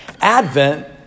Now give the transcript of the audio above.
Advent